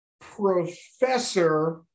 professor